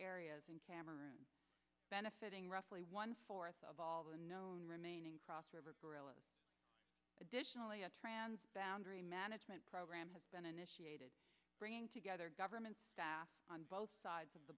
areas in cameroon benefiting roughly one fourth of all the known remaining cross river gorillas additionally a trans boundary management program has been initiated bringing together governments on both sides of the